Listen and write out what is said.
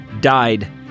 died